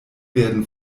werden